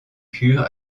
cure